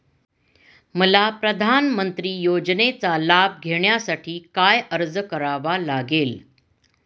मला प्रधानमंत्री योजनेचा लाभ घेण्यासाठी काय अर्ज करावा लागेल?